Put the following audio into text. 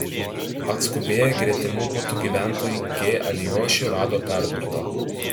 atskubėję gretimų butų gyventojai g alijošių rado perdurtą